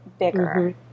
Bigger